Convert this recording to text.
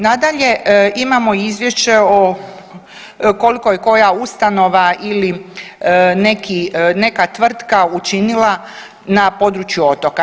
Nadalje, imamo izvješće o koliko je koja ustanova ili neki, neka tvrtka učinila na području otoka.